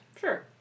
Sure